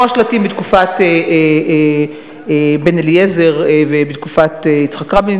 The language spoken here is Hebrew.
כמו השלטים בתקופת בן-אליעזר ובתקופת יצחק רבין,